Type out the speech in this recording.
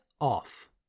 off